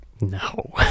No